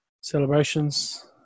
celebrations